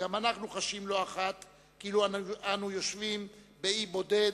וגם אנחנו חשים לא אחת כאילו אנחנו יושבים על אי בודד,